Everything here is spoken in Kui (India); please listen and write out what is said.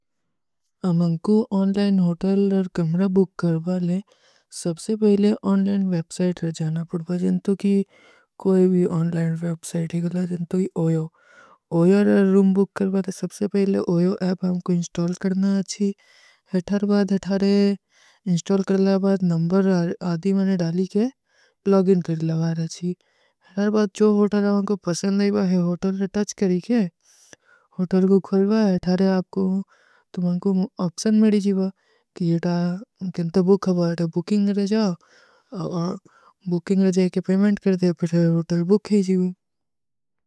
ଅମାଂକୂ online hotel ଔର କମ୍ରା ବୁକ କରବାଲେ, ସବସେ ପହିଲେ ଓନ୍ଲାଇନ ଵେବସାଇଟ ଜାନା ପଡବା, ଜିନ୍ତୋ କୀ କୋଈ ଭୀ ଓନ୍ଲାଇନ ଵେବସାଇଟ ହୀ ଗଲା, ଜିନ୍ତୋ କୀ ଓଯୋ। ଓଯୋ ଔର ରୂମ ବୁକ କରବାଲେ, ସବସେ ପହିଲେ ଓଯୋ ଏପ ହମକୋ ଇଂସ୍ଟଲ କରନା ଆଚୀ, ହେଥାର ବାଦ, ହେଥାରେ ଇଂସ୍ଟଲ କରଲା ବାଦ, ନମବର ଆଦୀ ମୈଂନେ ଡାଲୀ କେ ଲଗ ଇଂଟ୍ରେଲ ଲଗାର ଆଚୀ। ହେଥାର ବାଦ, ଜୋ ହୋଟଲ ମୈଂକୋ ପସଂଦ ଲଈବା ହୈ, ହୋଟଲ ସେ ଟାଁଚ କରୀକେ, ହୋଟଲ କୋ ଖୁଲ ବାଦ, ହେଥାରେ ଆପକୋ, ତୁମ୍ହାଂକୋ ଅପ୍ସଂଦ ମେଡୀ ଜୀଵା, କି ଯେ ଟା କେଂଟା ବୁକ ହୈ ବାଦ, ଯେ ବୁକିଂଗ ରଜା। ବୁକିଂଗ ରଜା ଏକେ ପେମେଂଟ କରତେ ହୈ, ଫିର ହେ ଯେ ହୋଟଲ ବୁକ ହୈ ଜୀଵା।